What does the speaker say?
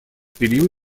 период